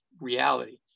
reality